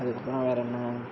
அதுக்கப்புறம் வேறு என்ன